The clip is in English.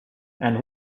and